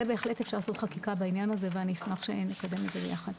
זה בהחלט אפשר לעשות חקיקה בעניין הזה ואני אשמח שנקדם את זה ביחד.